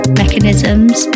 mechanisms